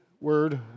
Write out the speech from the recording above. word